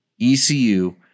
ECU